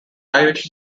irish